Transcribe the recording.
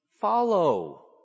follow